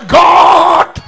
god